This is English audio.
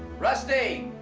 rusty!